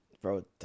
bro